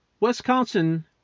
Wisconsin